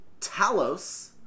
Talos